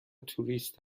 توریست